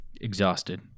exhausted